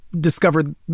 discovered